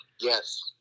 Yes